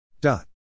dot